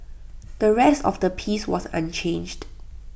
the rest of the piece was unchanged